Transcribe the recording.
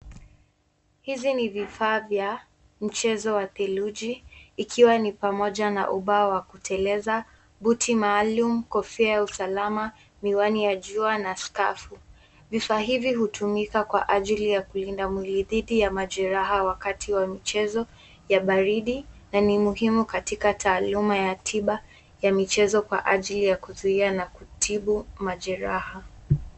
Hizi ni vifaa vya mchezo wa theluji ikiwa ni pamoja na ubao wa kuteleza, buti maalumu, kofia ya usalama, miwani ya jua na skafu. Vifaa hivi hutumika kwa ajili ya kulinda mwili dhidi ya majeraha wakati wa michezo ya baridi na ni muhimu katika taaluma ya tiba ya michezo kwa ajili ya kuzuia na kutibu majeraha.